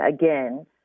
again